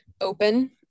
open